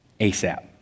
ASAP